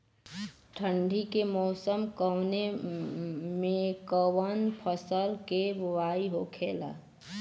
ठंडी के मौसम कवने मेंकवन फसल के बोवाई होखेला?